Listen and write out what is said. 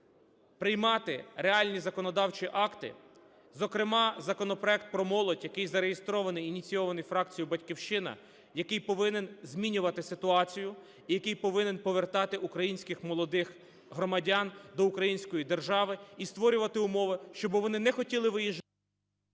приймати реальні законодавчі акти, зокрема законопроект про молодь, який зареєстрований і ініційований фракцією "Батьківщина", який повинен змінювати ситуацію, який повинен повертати українських молодих громадян до української держави і створювати умови, щоб вони не хотіли виїжджати…